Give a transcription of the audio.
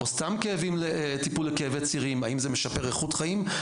או סתם טיפול לכאבי צירים האם זה משפר איכות חיים?